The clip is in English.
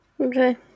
Okay